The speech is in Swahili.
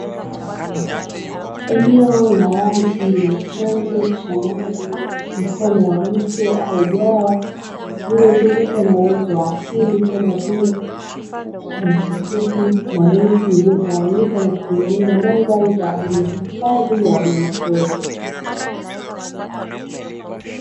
Eneo la wazi lenye chanzo cha maji mfano wa mto au bwawa, lililozungukwa na uoto wa asili kama vile nyasi fupi na miti iliyotawanyika na kutengeneza mandhari kwa ajili ya hifadhi ya wanyama pori.